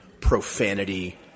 Profanity